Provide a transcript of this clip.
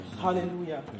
Hallelujah